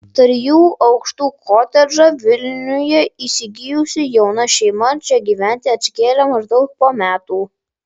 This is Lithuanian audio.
trijų aukštų kotedžą vilniuje įsigijusi jauna šeima čia gyventi atsikėlė maždaug po metų